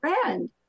friend